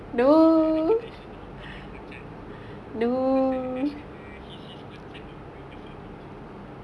then he like recognise you then he give you more chance what because like actually the his his concept of doing the farming is quite cool